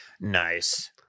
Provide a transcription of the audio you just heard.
Nice